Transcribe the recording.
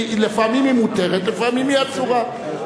לפעמים היא מותרת, לפעמים היא אסורה.